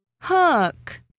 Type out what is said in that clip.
hook